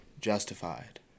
Justified